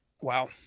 wow